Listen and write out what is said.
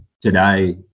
today